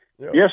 yes